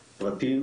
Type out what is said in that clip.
פרטי?